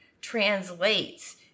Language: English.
translates